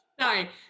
Sorry